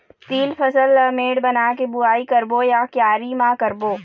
तील फसल ला मेड़ बना के बुआई करबो या क्यारी म करबो?